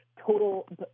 total